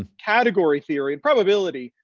and category theory, and probability,